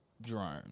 Drone